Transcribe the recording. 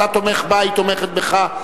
אתה תומך בה, היא תומכת בך.